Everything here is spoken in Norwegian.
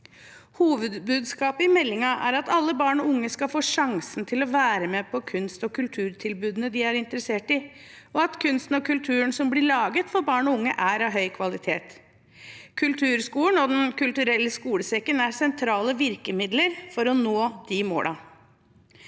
Hovedbudskapet i meldingen er at alle barn og unge skal få sjansen til å være med på kunst- og kulturtilbudene de er interessert i, og at kunsten og kulturen som blir laget for barn og unge, er av høy kvalitet. Kulturskolen og Den kulturelle skolesekken er sentrale virkemidler for å nå de målene.